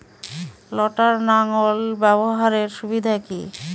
লটার লাঙ্গল ব্যবহারের সুবিধা কি?